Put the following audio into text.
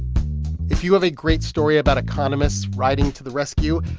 if you have a great story about economists riding to the rescue,